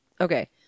Okay